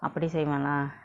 அப்புடி செய்வோ:appudi seivo lah